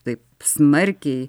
taip smarkiai